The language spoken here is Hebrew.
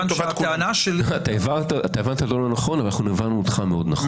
אתה הבנת לא נכון אבל אנחנו הבנו אותך מאוד נכון.